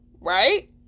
right